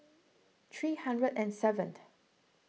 three hundred and seventh